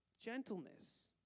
Gentleness